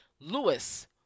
Lewis